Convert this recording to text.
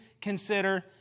consider